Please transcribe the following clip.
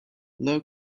low